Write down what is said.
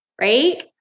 right